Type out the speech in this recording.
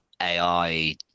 AI